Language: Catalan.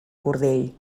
cordell